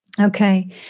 Okay